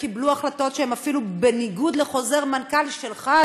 וקיבלו החלטות שהן אפילו בניגוד לחוזר מנכ"ל שלך,